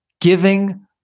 giving